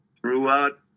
throughout